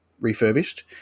refurbished